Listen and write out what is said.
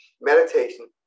meditation